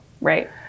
Right